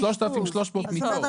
זאת אומרת,